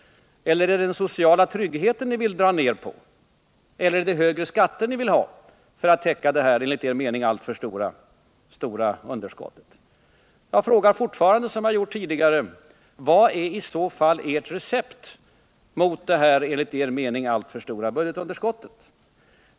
Eller är det den sociala tryggheten ni vill dra ned på? Eller är det högre skatter ni vill ha för att täcka det, enligt er mening, alltför stora underskottet? Jag ställer fortfarande frågan, liksom jag tidigare gjort: Vilket är i så fall ert recept mot det, enligt er mening, alltför stora budgetunderskottet?